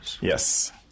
Yes